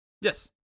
Yes